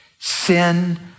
Sin